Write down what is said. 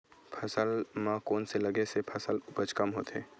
फसल म कोन से लगे से फसल उपज कम होथे?